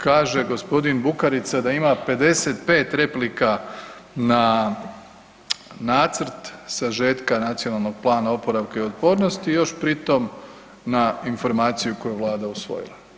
Kaže g. Bukarica da ima 55 replika na nacrt sažetka Nacionalnog plana oporavka i otpornosti i još pri tom na Informaciju koju je vlada usvojila.